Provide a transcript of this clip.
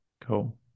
Cool